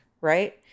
right